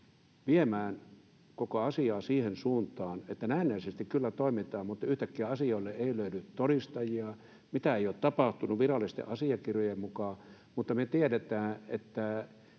viemään koko asiaa siihen suuntaan, että näennäisesti kyllä toimitaan, mutta yhtäkkiä asioille ei löydy todistajia eikä mitään ole tapahtunut virallisten asiakirjojen mukaan, mutta me kuitenkin tiedetään, että